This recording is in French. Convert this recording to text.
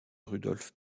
rudolf